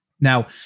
Now